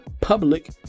public